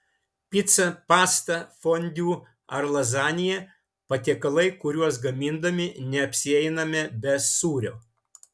pica pasta fondiu ar lazanija patiekalai kuriuos gamindami neapsieiname be sūrio